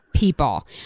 people